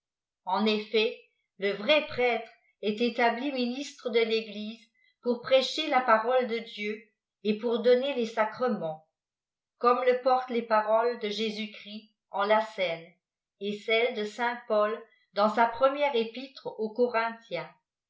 en effet le vrai prêtre est éiabli ministre de teguse ppur prêcher la parole de dieu et pour donner les sacremeçts comme le porteiît les paroles de jésus-christ en la cène et çellçs de saint-paul dans sa première epîlre aux